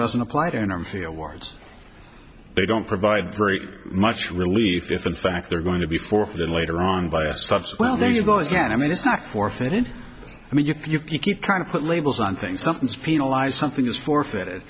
doesn't apply to in our field words they don't provide very much relief if in fact they're going to be forfeited later on via subs well there you go again i mean it's not forfeited i mean you keep trying to put labels on things sometimes penalize something is forfeit